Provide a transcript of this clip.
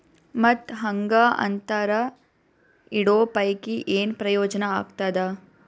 ಮತ್ತ್ ಹಾಂಗಾ ಅಂತರ ಇಡೋ ಪೈಕಿ, ಏನ್ ಪ್ರಯೋಜನ ಆಗ್ತಾದ?